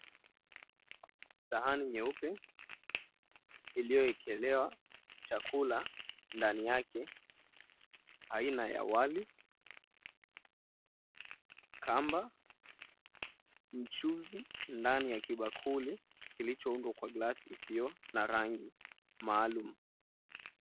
Sahani nyeupe iliyoekelewa chakula ndani yake aina ya wali, kamba, mchuzi ndani ya kibakuli kilichoundwa kwa glasi isiyo na rangi maalum.